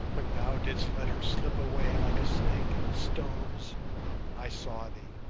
when thou didst let her slip away like a snake in the stones i saw thee,